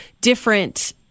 different